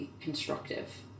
constructive